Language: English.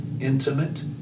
intimate